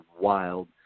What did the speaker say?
wild